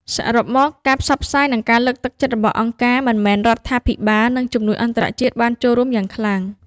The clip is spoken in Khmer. សរុបមក ការផ្សព្វផ្សាយ និងការលើកទឹកចិត្តរបស់អង្គការមិនមែនរដ្ឋាភិបាល និងជំនួយអន្តរជាតិបានចូលរួមចំណែកយ៉ាងខ្លាំង។